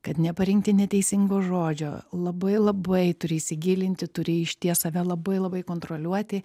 kad neparinkti neteisingo žodžio labai labai turi įsigilinti turi išties save labai labai kontroliuoti